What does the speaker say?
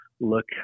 look